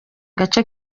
gace